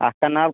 اَکھ کَنال